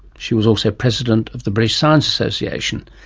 she was also president of the british science association,